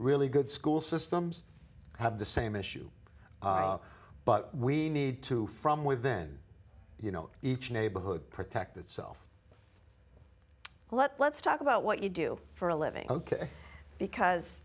really good school systems have the same issue but we need to from within you know each neighborhood protect itself let's talk about what you do for a living ok because